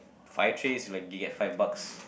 five trays you like get five bucks